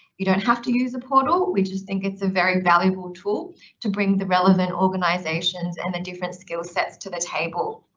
you don't have to use a portal. we just think it's a very valuable tool to bring the relevant organizations and the different skill sets to the table.